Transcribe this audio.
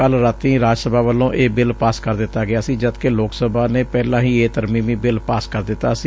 ਕੱਲ ਰਾਤੀਂ ਰਾਜ ਸਭਾ ਵੱਲੋਂ ਇਹ ਬਿੱਲ ਪਾਸ ਕਰ ਦਿੱਤਾ ਗਿਆ ਸੀ ਜਦ ਕਿ ਲੋਕ ਸਭਾ ਨੇ ਪਹਿਲਾਂ ਹੀ ਇਹ ਤਰਮੀਮੀ ਬਿੱਲ ਪਾਸ ਕਰ ਦਿੱਤਾ ਸੀ